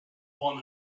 one